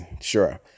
sure